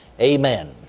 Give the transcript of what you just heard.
amen